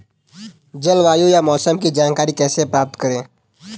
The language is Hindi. जलवायु या मौसम की जानकारी कैसे प्राप्त करें?